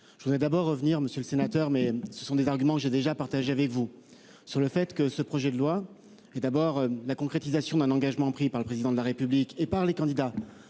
Je voudrais d'abord revenir, monsieur le sénateur, mais ce sont des arguments. J'ai déjà partagé avec vous sur le fait que ce projet de loi et d'abord la concrétisation d'un engagement pris par le président de la République et par les candidats